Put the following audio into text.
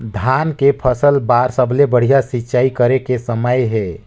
धान के फसल बार सबले बढ़िया सिंचाई करे के समय हे?